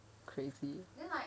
crazy